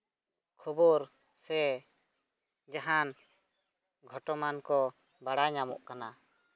ᱠᱷᱚᱵᱚᱨ ᱥᱮ ᱡᱟᱦᱟᱱ ᱜᱷᱚᱴᱚᱢᱟᱱ ᱠᱚ ᱵᱟᱲᱟᱭ ᱧᱟᱢᱚᱜ ᱠᱟᱱᱟ